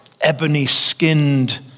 ebony-skinned